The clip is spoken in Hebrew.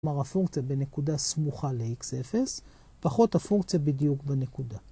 כלומר הפונקציה בנקודה סמוכה ל-x0, פחות הפונקציה בדיוק בנקודה.